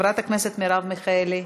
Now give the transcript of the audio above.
חברת הכנסת מרב מיכאלי,